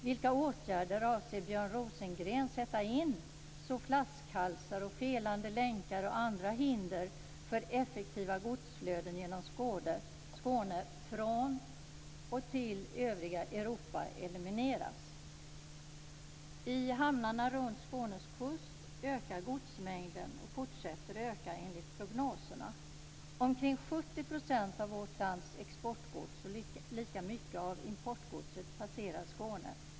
Vilka åtgärder avser Björn Rosengren att sätta in så att flaskhalsar, felande länkar och andra hinder för effektiva godsflöden genom Skåne från och till övriga Europa elimineras? I hamnarna runt Skånes kust ökar godsmängden, och den kommer att fortsätta öka enligt prognoserna. Omkring 70 % av vårt lands exportgods och lika mycket av importgodset passerar Skåne.